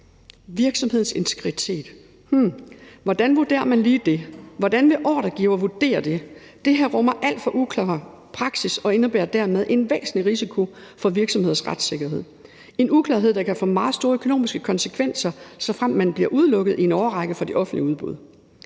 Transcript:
Virksomhedens integritet? Hm, hvordan vurderer man lige det? Hvordan vil ordregiver vurdere det? Det her rummer alt for uklar praksis og indebærer dermed en væsentlig risiko for virksomheders retssikkerhed. Det er en uklarhed, som kan få meget store økonomiske konsekvenser, såfremt man bliver udelukket i en årrække fra det offentlige udbud.